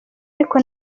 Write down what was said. ariko